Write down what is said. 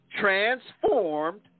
transformed